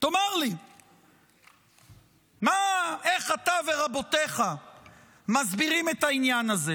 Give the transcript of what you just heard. תאמר לי איך אתה ורבותיך מסבירים את העניין הזה.